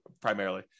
primarily